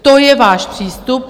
To je váš přístup.